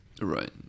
Right